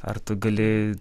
ar tu gali